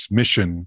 mission